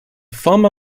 former